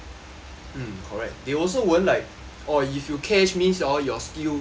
mm correct they also won't like oh if you cash means orh your skill